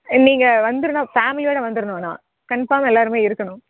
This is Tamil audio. நீங்கள் வந்துருணும் ஃபேமிலியோடு வந்துடணும் ஆனால் கன்பார்மாக எல்லோருமே இருக்கணும்